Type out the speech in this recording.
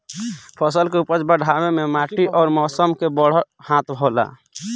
फसल के उपज बढ़ावे मे माटी अउर मौसम के बड़ हाथ होला